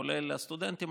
כולל הסטודנטים,